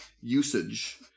usage